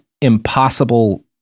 impossible